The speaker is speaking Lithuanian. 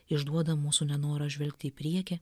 išduoda mūsų nenorą žvelgti į priekį